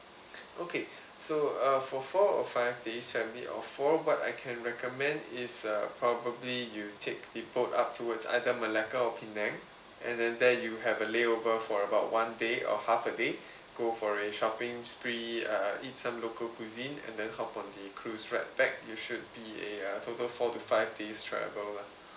okay so uh for four or five days family of four what I can recommend is uh probably you take the boat up towards either malacca or penang and then there you have a lay over for about one day or half a day go for a shopping spree uh eat some local cuisine and then hop on the cruise straight back you should be eh a total four to five days travel lah